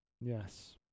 Yes